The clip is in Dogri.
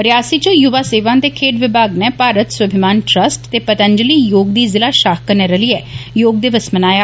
रियासी च युवा सेवा ते खेड्ड विमाग नै भारत स्वाभिमान ट्रस्ट ते पतंजली योग दी जिला शाखा कन्नै रलियै योग दिवस मनाया